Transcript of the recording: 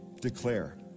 declare